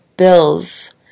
bills